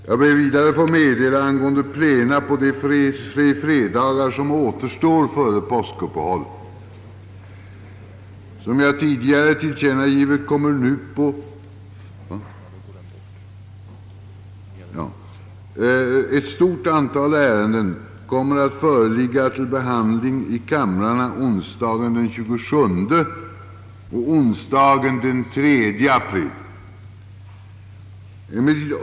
Jag ber vidare att få göra ett meddelande angående plena på de fredagar som återstår före påskuppehållet. Ett stort antal ärenden kommer att föreligga till behandling i kamrarna onsdagen den 27 mars och onsdagen den 3 april.